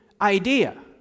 idea